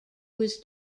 was